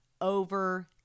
over